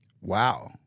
Wow